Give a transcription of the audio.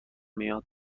میاد